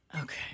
Okay